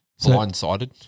blindsided